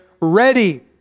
ready